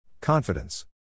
Confidence